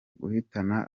guhitana